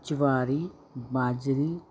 ज्वारि बाजरी